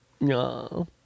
No